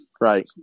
right